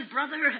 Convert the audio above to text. Brother